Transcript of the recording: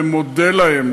ומודה להם,